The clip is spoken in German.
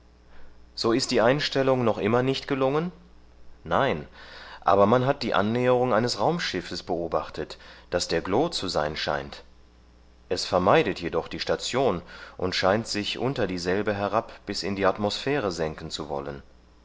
so ist die einstellung noch immer nicht gelungen nein aber man hat die annäherung eines raumschiffes beobachtet das der glo zu sein scheint es vermeidet jedoch die station und scheint sich unter dieselbe herab bis in die atmosphäre senken zu wollen